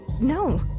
No